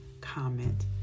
comment